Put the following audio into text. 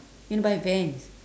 you want to buy vans